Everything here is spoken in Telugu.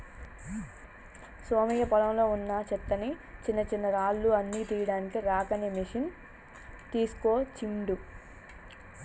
సోమయ్య పొలంలో వున్నా చెత్తని చిన్నచిన్నరాళ్లు అన్ని తీయడానికి రాక్ అనే మెషిన్ తీస్కోచిండు